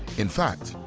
in fact,